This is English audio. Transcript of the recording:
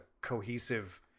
cohesive